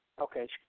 Okay